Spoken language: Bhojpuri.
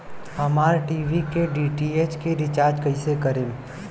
हमार टी.वी के डी.टी.एच के रीचार्ज कईसे करेम?